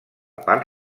part